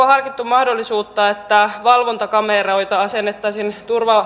harkittu mahdollisuutta että valvontakameroita asennettaisiin